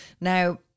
Now